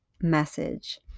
message